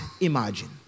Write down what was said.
imagine